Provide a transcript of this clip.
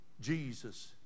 Jesus